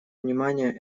внимания